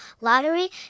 lottery